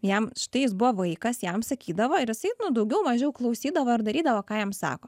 jam štai jis buvo vaikas jam sakydavo ir jisai nu daugiau mažiau klausydavo ar darydavo ką jam sako